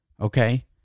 okay